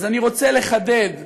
אז אני רוצה לחדד,